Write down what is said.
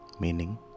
Meaning